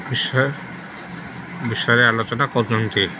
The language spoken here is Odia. ବିଷୟ ବିଷୟରେ ଆଲୋଚନା କରୁଛନ୍ତି